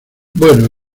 bueno